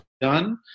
done